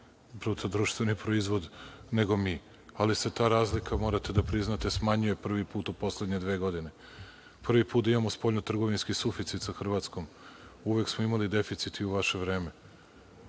bruto društveni proizvod nego mi, ali se ta razlika, morate da priznate, smanjuje prvi put u poslednje dve godine. Prvi put da imamo spoljnotrgovinski suficit sa Hrvatskom. Uvek smo imali deficit i u vaše vreme.